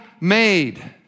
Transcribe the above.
made